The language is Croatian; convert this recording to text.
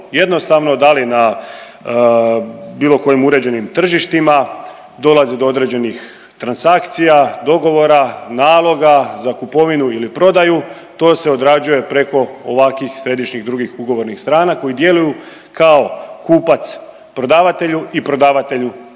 jednostavno, da li na bilo kojim uređenim tržištima dolazi do određenih transakcija, dogovora, naloga za kupovinu ili prodaju, to se odrađuje preko ovakvih središnjih drugih ugovornih strana koji djeluju kao kupac prodavatelju i prodavatelju